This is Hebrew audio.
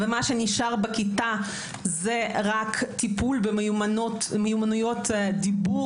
ומה שנשאר בכיתה זה רק טיפול במיומנויות דיבור